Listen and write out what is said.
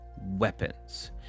weapons